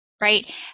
right